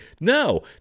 No